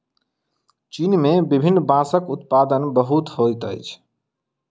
चीन में विभिन्न बांसक उत्पादन बहुत होइत अछि